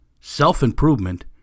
self-improvement